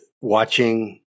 watching